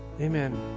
Amen